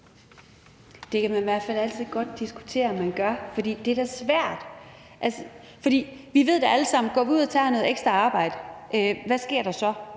Det kan man i hvert fald altid godt diskutere om man gør, for det er da svært. Vi ved da alle sammen, at går vi ud og tager noget ekstra arbejde, kan det være